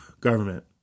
government